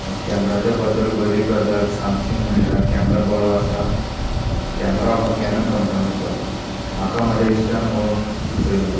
कॅमराच्या बद्दल बरी गजाल सांगची म्हळ्यार कॅमरा बरो आसा कॅमरा हो कॅनन कंपनीचो म्हाका म्हज्या इश्टान हो सुचयल्लो